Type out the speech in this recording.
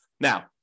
Now